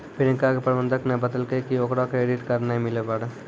प्रियंका के प्रबंधक ने बतैलकै कि ओकरा क्रेडिट कार्ड नै मिलै पारै